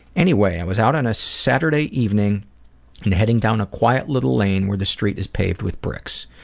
anyway, i was out on a saturday evening and heading down a quiet little lane where the street is paved with bricks.